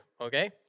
okay